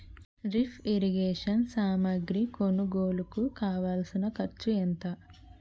drip irrigation సామాగ్రి కొనుగోలుకు కావాల్సిన ఖర్చు ఎంత